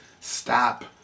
stop